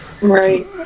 Right